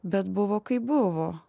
bet buvo kaip buvo